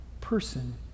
person